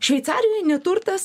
šveicarijoj neturtas